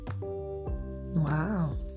Wow